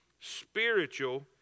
Spiritual